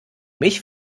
mich